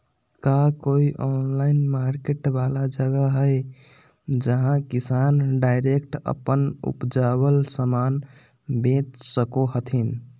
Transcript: का कोई online market वाला जगह हइ जहां किसान डायरेक्ट अप्पन उपजावल समान बेच सको हथीन?